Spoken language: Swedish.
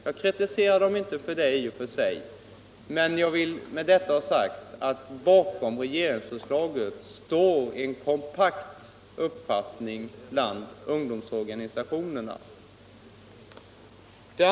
Jag kritiserar den inte för det men jag vill med detta ha sagt att bakom regeringsförslaget står en kompakt majoritet av ungdomsorganisationerna.